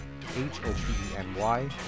H-O-P-E-N-Y